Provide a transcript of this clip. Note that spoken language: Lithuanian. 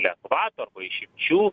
lengvatų arba išimčių